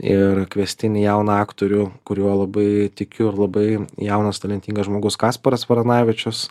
ir kviestinį jauną aktorių kuriuo labai tikiu ir labai jaunas talentingas žmogus kasparas varanavičius